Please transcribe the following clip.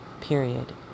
period